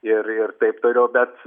ir ir taip toliau bet